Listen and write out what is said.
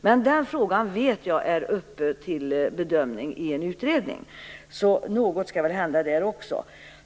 Den här frågan vet jag är uppe till bedömning i en utredning, så något kommer väl hända där också.